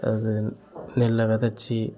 அது நெல்லை விதச்சி